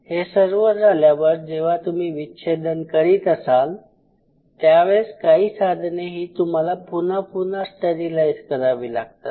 हे सर्व झाल्यावर जेव्हा तुम्ही विच्छेदन करीत असाल त्यावेळेस काही साधने ही तुम्हाला पुन्हा पुन्हा स्टरीलाईज करावी लागतात